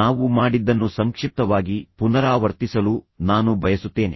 ನಾವು ಮಾಡಿದ್ದನ್ನು ಸಂಕ್ಷಿಪ್ತವಾಗಿ ಪುನರಾವರ್ತಿಸಲು ನಾನು ಬಯಸುತ್ತೇನೆ